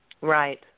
Right